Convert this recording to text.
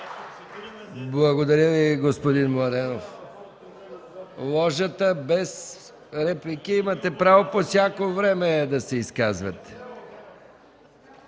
Благодаря Ви, господин Младенов. Ложата без реплики! Имате право по всяко време да се изказвате.